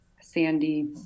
sandy